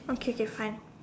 okay fine